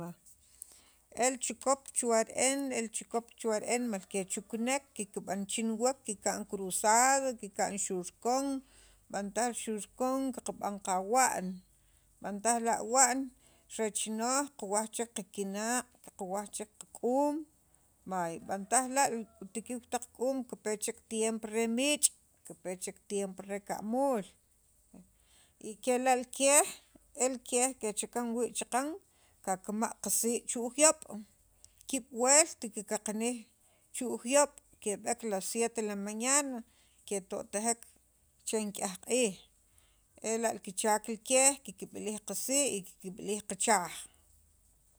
el chikop chuwa re'en el chikop chuwa' re'en rimal kechuknek kikb'an chiwek kikb'ancruzadom kika'n xurkon, b'antaj xurkon kab'an qawa'n, b'antaj la wa'an re chinooj, qawaj chek qakinaq' qaqawaj chek qak'uum vay kipe chek tiempo re miich' kipe chek tiempo re ka'muul y kela' li keej el keej kichakan wii' chaqan kikk'ama' qasii' chu' juyoob' kiib' wult kikqaqnij chu juyoob' keb'eek las siete de la mañana ketotjek che nikyaj q'iij ela' kichaak li keej kikb'ilij qasii' y kikb'ilij qachaj.